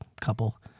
couple